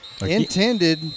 intended